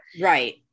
Right